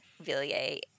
Villiers